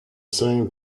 same